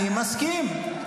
אני מסכים.